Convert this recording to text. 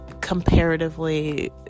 comparatively